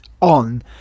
on